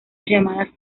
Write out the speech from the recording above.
llamadas